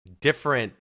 different